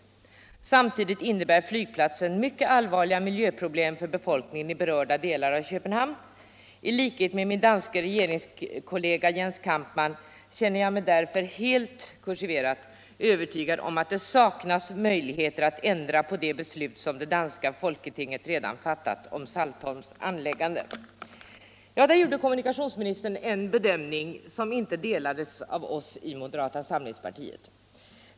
Samtidigt innebär flygplatsen mycket allvarliga miljöproblem för befolkningen i berörda delar av Köpenhamn. I likhet med min danske regeringskollega Jens Kampmann känner jag mig därför helt övertygad om att det saknas möjligheter att ändra på det beslut som det danska folketinget redan fattat om Saltholms anläggande.” Där gjorde kommunikationsministern en bedömning som inte delades av oss i moderata samlingspartiet.